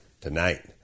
tonight